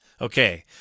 Okay